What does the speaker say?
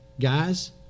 guys